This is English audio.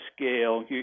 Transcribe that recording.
scale